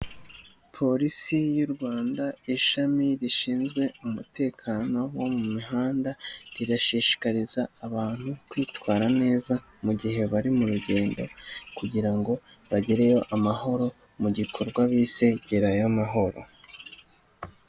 Polisi y'u Rwanda ishami rishinzwe umutekano wo mu mihanda, rirashishikariza abantu kwitwara neza mu gihe bari mu rugendo kugira ngo bagereyo amahoro mu gikorwa bise gerayo amahoro.